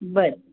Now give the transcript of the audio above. बरं